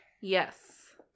Yes